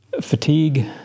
Fatigue